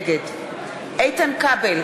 נגד איתן כבל,